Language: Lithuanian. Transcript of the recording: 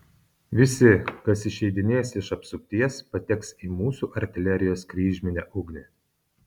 visi kas išeidinės iš apsupties pateks į mūsų artilerijos kryžminę ugnį